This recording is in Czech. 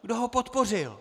Kdo ho podpořil?